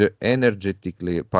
energetically